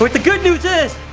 but the good news is,